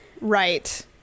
Right